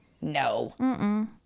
no